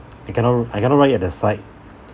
you cannot I cannot write it at the side